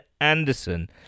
Anderson